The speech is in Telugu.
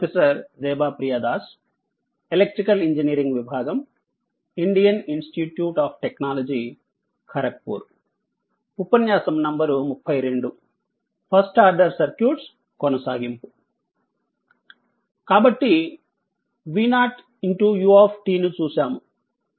కాబట్టి v0 u ను చూశాము